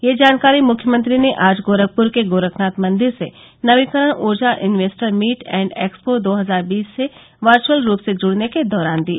यह जानकारी मुख्यमंत्री ने आज गोरखपुर के गोरखनाथ मंदिर से नवीकरण ऊर्जा इन्वेस्टर मीट एंड एक्सपो दो हजार बीस से वर्चुअल रूप से जुड़ने के दौरान दी